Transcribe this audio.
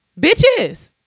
Bitches